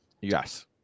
Yes